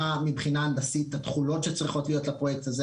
מה מבחינה זה הנדסית התכולות שצריכות להיות לפרויקט הזה.